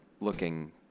looking